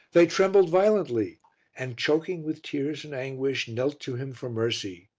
they trembled violently and, choking with tears and anguish, knelt to him for mercy.